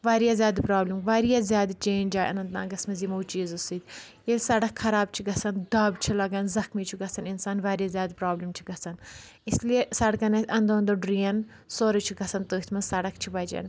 واریاہ زیادٕ پرابلِم واریاہ زیادٕ چینج آیہِ اَننت ناگس منٛز یِمو چیٖزو سۭتۍ ییٚلہِ سَڑک خَراب چھِ گژھان دَب چھِ لَگان زخمی چھُ گژھان اِنسان واریاہ زیادٕ پرابلِم چھِ گژھان اِسلیے سَڑکن ہٕنٛدۍ اندو ندو ڈرٛین سورُے چھُ گژھان تٔتھۍ منز سَڑک چھِ بچان